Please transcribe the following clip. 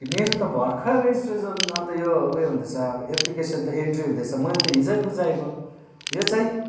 मेरो त भर्खर रेजिस्ट्रेसन अन्त यो उयो हुँदैछ एप्लिकेलन त एन्ट्री हुँदैछ मैले त हिजै बुझाएको यो चाहिँ